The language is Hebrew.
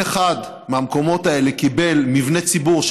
כל אחד מהמקומות האלה קיבל מבני ציבור,